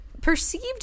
perceived